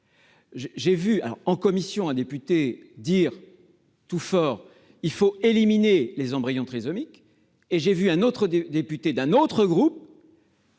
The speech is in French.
J'ai vu, en commission, un député dire tout fort qu'il fallait éliminer les embryons trisomiques et, à la tribune, un autre député d'un autre groupe